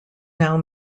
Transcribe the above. now